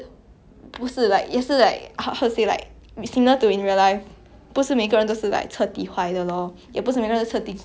也不是每个人彻底 good 了彻底好的 like 好人也可有一个坏的坏的一面 you know